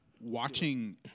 Watching